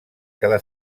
cada